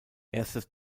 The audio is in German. erstes